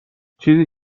چیزی